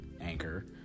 Anchor